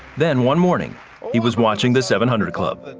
then one morning he was watching the seven hundred club. but